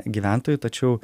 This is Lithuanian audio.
gyventojų tačiau